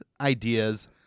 ideas